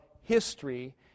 history